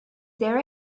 there